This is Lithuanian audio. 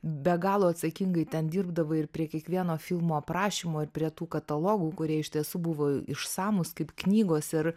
be galo atsakingai ten dirbdavai ir prie kiekvieno filmo aprašymo ir prie tų katalogų kurie iš tiesų buvo išsamūs kaip knygos ir